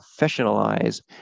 professionalize